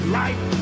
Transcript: life